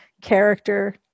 character